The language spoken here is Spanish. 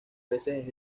veces